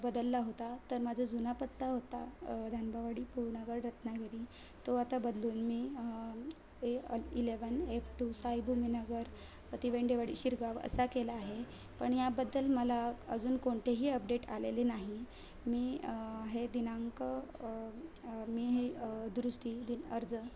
बदलला होता तर माझा जुना पत्ता होता धानबावाडी पूर्णगड रत्नागिरी तो आता बदलून मी A eleven F two Saibhuminagar Tivendewadi Shirgaon असा केला आहे पण याबद्दल मला अजून कोणतेही अपडेट आलेले नाही मी हे दिनांक मी हे दुरुस्ती दि अर्ज